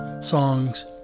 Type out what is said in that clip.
songs